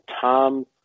Tom